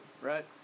right